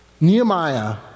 Nehemiah